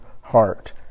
heart